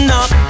up